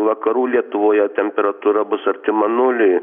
vakarų lietuvoje temperatūra bus artima nuliui